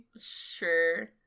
Sure